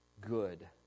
good